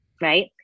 right